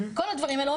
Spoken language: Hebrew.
כל הדברים האלה,